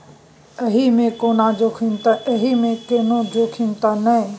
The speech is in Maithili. एहि मे कोनो जोखिम त नय?